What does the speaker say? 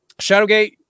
Shadowgate